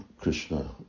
Krishna